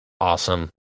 Awesome